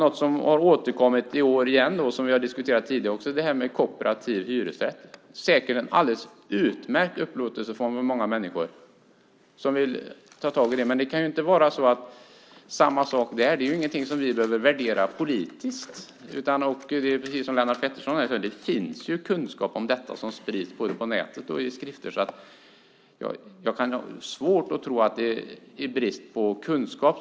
Något som har återkommit i år igen och som vi har diskuterat tidigare är kooperativ hyresrätt. Det är säkert en alldeles utmärkt upplåtelseform för många människor som vill ta tag i detta. Men det är samma sak där. Det är ingenting som vi behöver värdera politiskt. Precis som Lennart Pettersson sade finns det kunskap om detta som sprids både på nätet och i skrifter. Jag har svårt att tro att det är brist på kunskap.